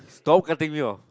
stop cutting me off